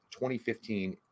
2015